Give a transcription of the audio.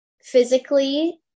physically